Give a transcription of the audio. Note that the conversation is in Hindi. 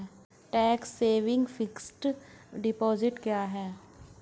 टैक्स सेविंग फिक्स्ड डिपॉजिट क्या है?